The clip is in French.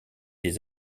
des